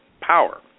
power